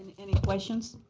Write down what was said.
any questions?